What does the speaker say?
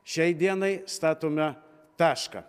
šiai dienai statome tašką